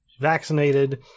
vaccinated